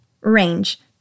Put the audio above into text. Range